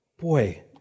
boy